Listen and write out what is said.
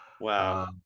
wow